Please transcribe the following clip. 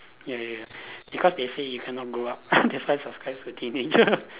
ya ya because they say you cannot grow up that's why subscribe to teenager